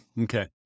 okay